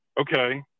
Okay